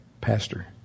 pastor